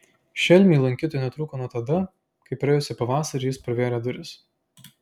šelmiui lankytojų netrūko nuo tada kai praėjusį pavasarį jis pravėrė duris